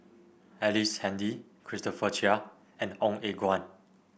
Ellice Handy Christopher Chia and Ong Eng Guan